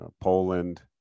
Poland